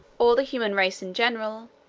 or the human race in general,